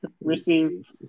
Receive